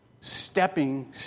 stepping